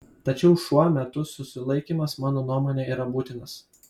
tačiau šuo metu susilaikymas mano nuomone yra būtinas